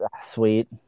Sweet